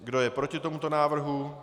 Kdo je proti tomuto návrhu?